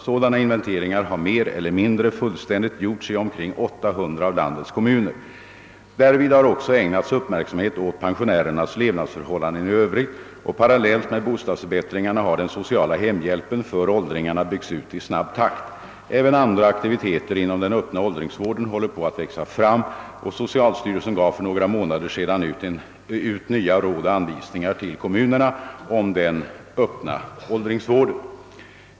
Sådana inventeringar har mer eller mindre fullständigt gjorts i omkring 800 av landets kommuner. Därvid har också ägnats uppmärksamhet åt pensionärernas levnadsförhållanden i övrigt, och parallellt med bostadsförbättringarna har den sociala hemhjälpen för åldringarna byggts ut i snabb takt. även andra aktiviteter inom den öppna åld ringsvården håller på att växa fram, och socialstyrelsen gav för några månader sedan ut nya råd och anvisningar till kommunerna om den öppna åldringsvården.